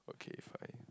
okay fine